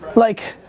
like,